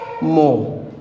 more